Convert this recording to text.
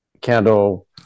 candle